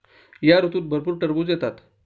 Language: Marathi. या ऋतूत भरपूर टरबूज येतात